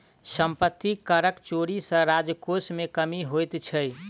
सम्पत्ति करक चोरी सॅ राजकोश मे कमी होइत छै